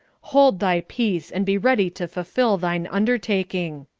hold thy peace and be ready to fulfil thine undertaking.